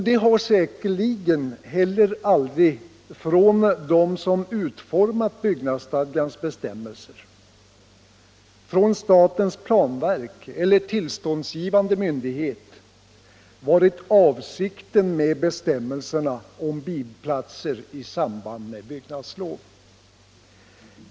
Detta har säkerligen heller aldrig från dem som utformat byggnadsstadgans bestämmelser, från statens planverk eller tillståndsgivande myndighet varit avsikten med bestämmelserna om bilplatser i samband med byggnadslov.